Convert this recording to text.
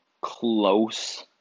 close